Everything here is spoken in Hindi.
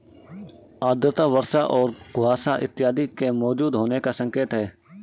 आर्द्रता वर्षा और कुहासा इत्यादि के मौजूद होने का संकेत करती है